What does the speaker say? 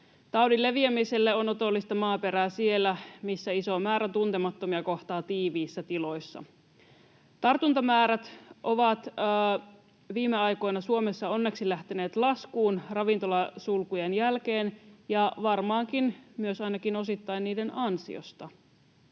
Taudin leviämiselle on otollista maaperää siellä, missä iso määrä tuntemattomia kohtaa tiiviissä tiloissa. Tartuntamäärät ovat viime aikoina Suomessa onneksi lähteneet laskuun ravintolasulkujen jälkeen ja varmaankin myös ainakin osittain niiden ansiosta.